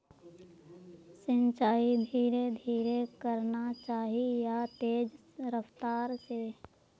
सिंचाई धीरे धीरे करना चही या तेज रफ्तार से?